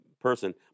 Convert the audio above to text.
person